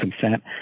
consent